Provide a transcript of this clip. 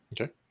Okay